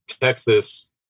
Texas